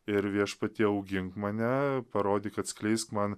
ir viešpatie augink mane parodyk atskleisk man